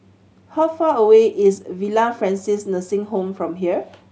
how far away is Villa Francis Nursing Home from here